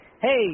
hey